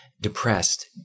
Depressed